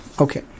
Okay